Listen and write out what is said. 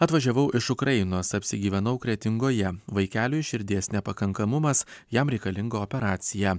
atvažiavau iš ukrainos apsigyvenau kretingoje vaikeliui širdies nepakankamumas jam reikalinga operacija